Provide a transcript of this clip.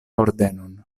ordenon